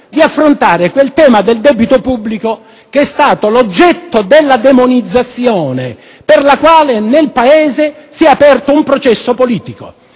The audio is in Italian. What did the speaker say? di affrontare quel tema del debito pubblico che è stato l'oggetto di una demonizzazione per la quale nel Paese si è aperto un processo politico,